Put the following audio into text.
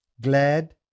glad